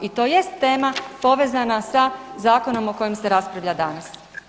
I to jest tema povezana sa zakonom o kojem se raspravlja danas.